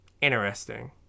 Interesting